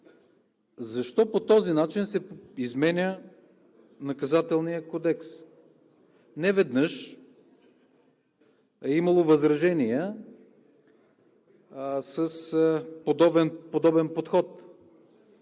защо по този начин се изменя Наказателният кодекс? Неведнъж е имало възражения с подобен подход.